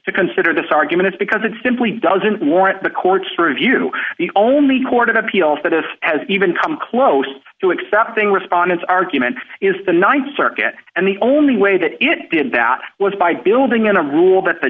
to consider this argument is because it simply doesn't warrant the court's true view the only court of appeals that this has even come close to accepting respondents argument is the th circuit and the only way that it did that was by building in a rule that the